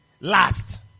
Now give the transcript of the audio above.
last